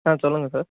sir சொல்லுங்க sir